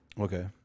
Okay